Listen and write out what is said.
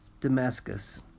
Damascus